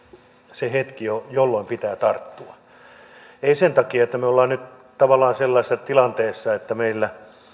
se hetki johon pitää tarttua sen takia että me olemme nyt tavallaan sellaisessa tilanteessa että meillä